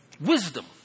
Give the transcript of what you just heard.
wisdom